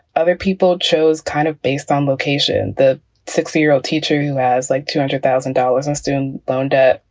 other people chose kind of based on location. the six year old teacher who has like two hundred thousand dollars in student loan debt.